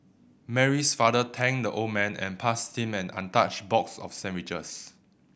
Mary's father thanked the old man and passed him an untouched box of sandwiches